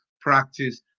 practice